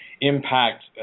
impact